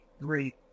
great